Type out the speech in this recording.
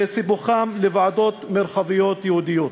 וסיפוחם לוועדות מרחביות יהודיות.